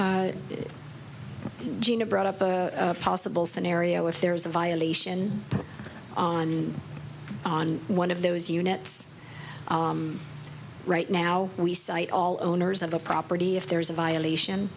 to gina brought up a possible scenario if there is a violation on on one of those units right now we cite all owners of the property if there is a violation